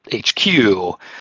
HQ